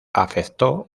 afectó